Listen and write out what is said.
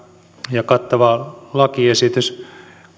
ja kattava lakiesitys